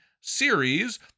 series